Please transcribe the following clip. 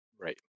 right